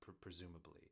presumably